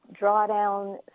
drawdown